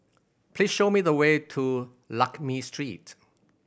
please show me the way to Lakme Street